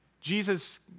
Jesus